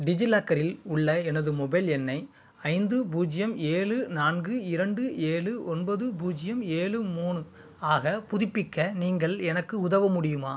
டிஜிலாக்கரில் உள்ள எனது மொபைல் எண்ணை ஐந்து பூஜ்ஜியம் ஏழு நான்கு இரண்டு ஏழு ஒன்பது பூஜ்ஜியம் ஏழு மூணு ஆக புதுப்பிக்க நீங்கள் எனக்கு உதவ முடியுமா